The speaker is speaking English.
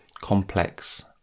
complex